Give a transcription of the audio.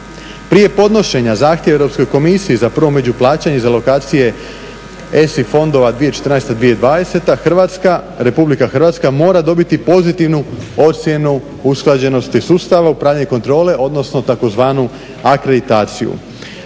Prije podnošenja zahtjeva Europskoj komisiji za prvo među plaćanje i za lokacije ESI fondova 2014.-2020. Republika Hrvatska mora dobiti pozitivnu ocjenu usklađenosti sustava, upravljanje i kontrole, odnosno tzv. akreditaciju.